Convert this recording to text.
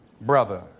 brother